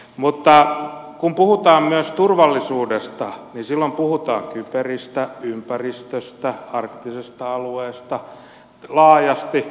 mutta kun puhutaan myös turvallisuudesta niin silloin puhutaan kyberistä ympäristöstä arktisesta alueesta laajasti